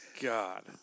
God